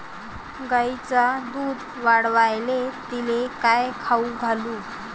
गायीचं दुध वाढवायले तिले काय खाऊ घालू?